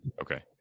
Okay